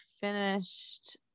finished